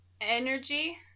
Energy